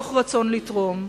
מתוך רצון לתרום.